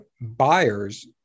buyers